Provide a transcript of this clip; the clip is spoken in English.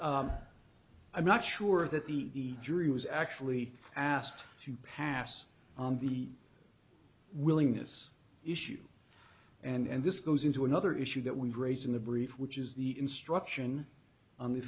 i'm not sure that the jury was actually asked to pass on the willingness issue and this goes into another issue that we raised in the brief which is the instruction on the